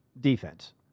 Defense